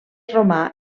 romà